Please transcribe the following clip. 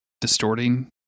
distorting